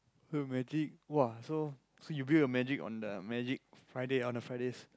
the magic !woah! so so you build your magic on the magic Friday on the Fridays